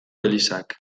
elizak